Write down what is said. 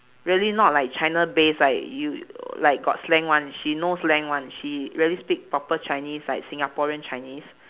really not like china base like you like got slang [one] she no slang [one] she really speak proper chinese like singaporean chinese